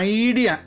idea